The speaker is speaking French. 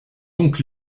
donc